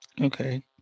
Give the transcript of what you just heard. Okay